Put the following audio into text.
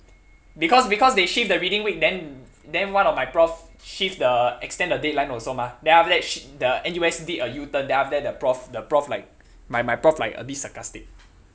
because because they shift the reading week then then one of my prof shift the extend the deadline also mah then after that sh~ the N_U_S did a U turn then after that the prof the prof my prof like a bit sarcastic